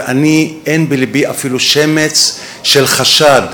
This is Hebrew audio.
ואין בלבי אפילו שמץ של חשד,